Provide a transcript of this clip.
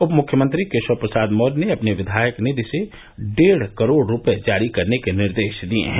उप मुख्यमंत्री केशव प्रसाद मौर्य ने अपनी विधायक निधि से डेढ़ करोड़ रूपये जारी करने के निर्देश दिये हैं